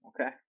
Okay